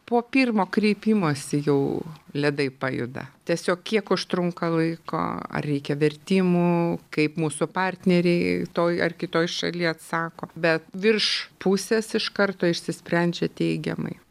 po pirmo kreipimosi jau ledai pajuda tiesiog kiek užtrunka laiko ar reikia vertimų kaip mūsų partneriai toj ar kitoj šalyje atsako bet virš pusės iš karto išsisprendžia teigiamai